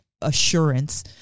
assurance